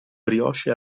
brioche